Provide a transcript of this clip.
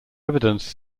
evidence